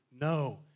no